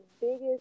biggest